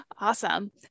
Awesome